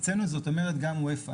אצלנו, זה אומר, גם אופ"א.